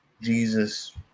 Jesus